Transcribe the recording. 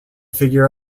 figure